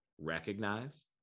recognize